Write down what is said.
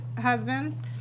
husband